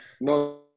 no